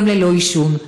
יום ללא עישון.